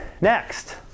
next